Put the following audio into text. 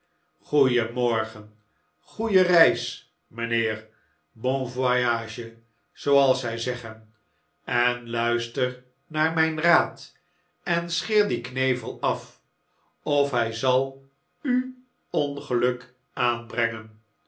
morgen goeie reis mijnheer bon voyage zooals zij zeggen en luister naar mijn raad en scheer dien knevel af of hij zal u ongeluk aanbrengen